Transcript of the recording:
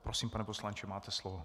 Prosím, pane poslanče, máte slovo.